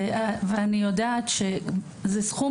ואני יודעת שזה סכום